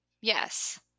Yes